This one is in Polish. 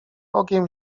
okiem